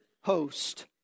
host